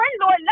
Lord